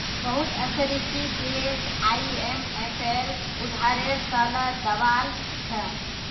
बहुत अफ्रीकी देश आईएमएफेर उधारेर त ल दबाल छ